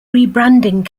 rebranding